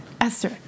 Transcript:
Esther